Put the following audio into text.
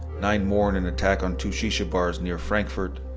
nine more in an attack on two shisha bars near frankfurt,